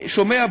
שומע,